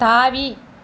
தாவி